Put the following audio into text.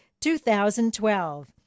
2012